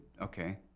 okay